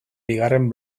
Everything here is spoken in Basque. bigarren